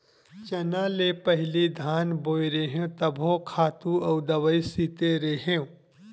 चना ले पहिली धान बोय रेहेव तभो खातू अउ दवई छिते रेहेव